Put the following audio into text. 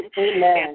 Amen